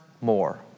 more